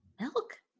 Milk